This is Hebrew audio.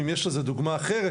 אם יש לזה דוגמא אחרת,